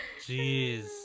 Jeez